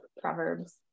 proverbs